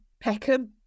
Peckham